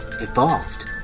Evolved